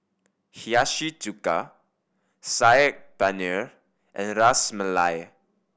Hiyashi Chuka Saag Paneer and Ras Malai